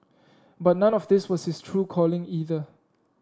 but none of this was his true calling either